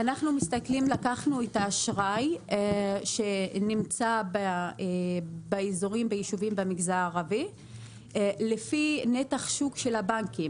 לקחנו את האשראי שנמצא ביישובים במגזר הערבי לפי נתח שוק של הבנקים,